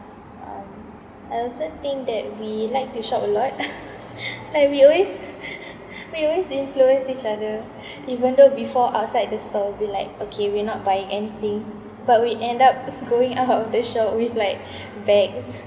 um I also think that we like to shop a lot like we always we always influence each other even though before outside the store we'll be like okay we are not buying anything but we end up going out of the shop with like bags